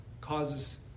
causes